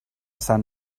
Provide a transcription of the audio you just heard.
sant